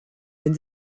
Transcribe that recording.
wenn